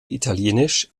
italienisch